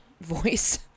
voice